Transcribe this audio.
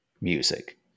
music